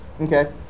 Okay